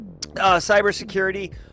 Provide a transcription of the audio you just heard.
Cybersecurity